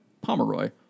Pomeroy